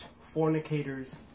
Fornicators